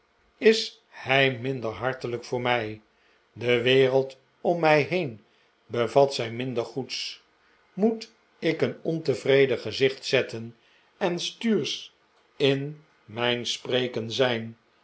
is hij minder hartelijk voor mij de wereld om mij heen bevat zij minder goeds moet ik een ontevreden qezicht zetten en stuursch in mijn spreken zijn